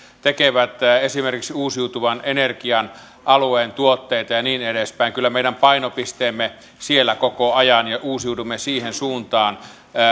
tekevät esimerkiksi uusiutuvan energian alueen tuotteita ja niin edespäin kyllä meidän painopisteemme on siellä koko ajan ja uusiudumme siihen suuntaan